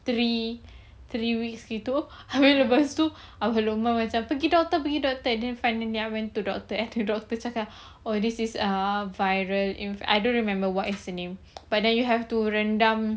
three three weeks begitu habis lepas tu semua orang macam pergi doctor pergi doctor and then finally I went to doctor and the doctor cakap oh this is err viral infect~ I don't remember what is the name but then you have to rendam